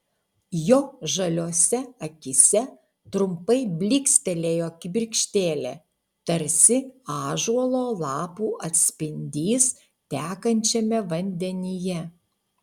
jo žaliose akyse trumpai blykstelėjo kibirkštėlė tarsi ąžuolo lapų atspindys tekančiame vandenyje